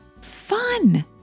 fun